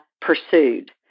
pursued